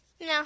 No